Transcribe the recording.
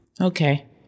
okay